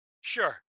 sure